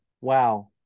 wow